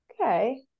okay